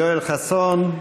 יואל חסון,